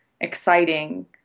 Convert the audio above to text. exciting